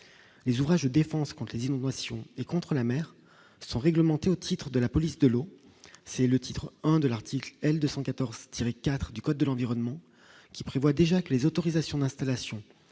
les ouvrages de défense compte les innovations et contre la mère sont réglementées au titre de la police de l'eau, c'est le titre I de l'article L 214 IV du code de l'environnement qui prévoit déjà que les autorisations d'installation